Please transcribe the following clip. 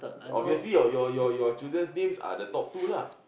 obviously your your your children's names are the top two lah